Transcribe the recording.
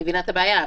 אני מבינה את הבעיה.